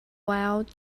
wild